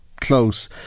close